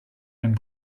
einen